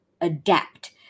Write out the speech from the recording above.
adapt